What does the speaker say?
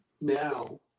now